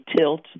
tilt